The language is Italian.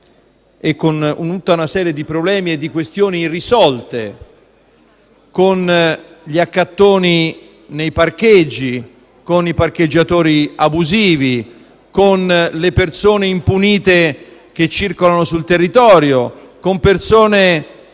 con tutta una serie di problemi e di questioni irrisolte: con gli accattoni nei parcheggi, con i parcheggiatori abusivi, con le persone impunite che circolano sul territorio, con soggetti